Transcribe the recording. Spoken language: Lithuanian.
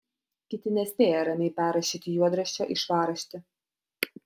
kiti nespėja ramiai perrašyti juodraščio į švarraštį